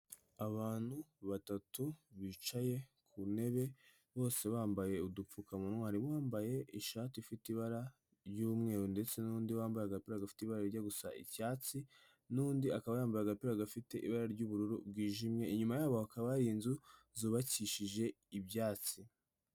Abantu batatu bicaye ku ntebe, bose bambaye udupfukamunwa, harimo uwambaye ishati ifite ibara ry'umweru ndetse n'undi wambaye agapira gafite ibara rijya gusa icyatsi, n'undi akaba yambaye agapira gafite ibara ry'ubururu bwijimye, inyuma yabo hakaba hari inzu zubakishije ibyatsi.